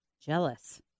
Jealous